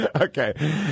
Okay